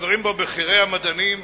שחברים בו בכירי המדענים,